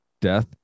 death